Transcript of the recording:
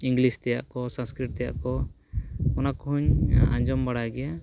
English ᱛᱮᱭᱟᱜ ᱠᱚ ᱥᱚᱥᱝᱠᱨᱤᱛ ᱛᱮᱭᱟᱜ ᱠᱚ ᱚᱱᱟ ᱠᱚᱦᱚᱧ ᱟᱡᱚᱢ ᱵᱟᱲᱟᱭ ᱜᱮᱭᱟ